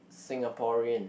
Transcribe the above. Singaporean